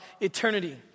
eternity